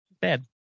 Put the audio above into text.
Bad